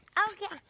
okay,